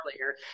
earlier